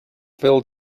filled